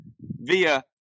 via